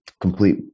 complete